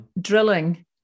drilling